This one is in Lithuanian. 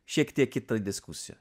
šiek tiek kita diskusija